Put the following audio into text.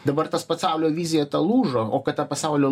dabar tas pasaulio vizija ta lūžo o kad ta pasaulio